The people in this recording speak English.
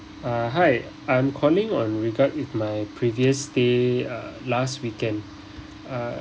uh hi I'm calling on regard with my previous stay uh last weekend uh